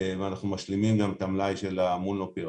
אנחנו משלימים גם את המלאי של ה-Mulnopiravir,